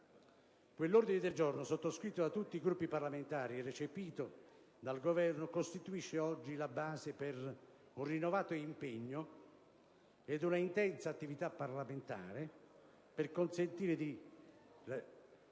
Quell'ordine del giorno, sottoscritto da tutti i Gruppi parlamentari e recepito dal Governo, costituisce oggi la base per un rinnovato impegno e per un'intensa attività parlamentare per consentire di